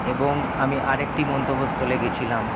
এবং আমি আরেকটি গন্তব্যস্থলে গেছিলাম